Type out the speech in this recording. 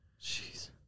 Jeez